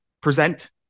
present